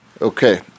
Okay